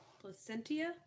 Placentia